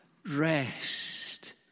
rest